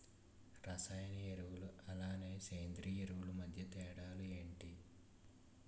రసాయన ఎరువులు అలానే సేంద్రీయ ఎరువులు మధ్య తేడాలు ఏంటి?